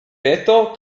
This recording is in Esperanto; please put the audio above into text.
peto